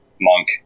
monk